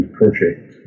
project